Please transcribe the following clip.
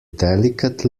delicate